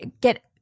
get